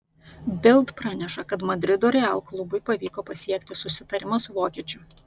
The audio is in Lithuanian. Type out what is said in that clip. bild praneša kad madrido real klubui pavyko pasiekti susitarimą su vokiečiu